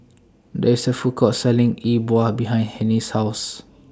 There IS A Food Court Selling E Bua behind Hennie's House